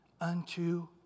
unto